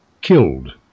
killed